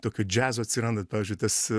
tokio džiazo atsiranda pavyzdžiui tas